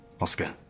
Oscar